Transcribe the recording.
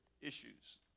issues